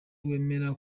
wemerewe